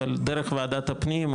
אבל דרך וועדת הפנים,